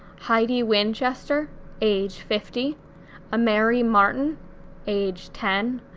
heidi winchester age fifty ameri martin age ten,